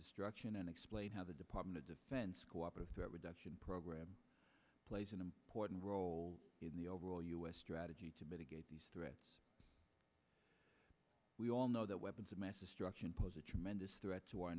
destruction and explain how the department of defense cooperate threat reduction program plays an important role in the overall u s strategy to mitigate these threats we all know that weapons of mass destruction pose a tremendous threat to our